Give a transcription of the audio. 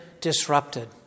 disrupted